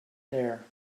there